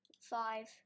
five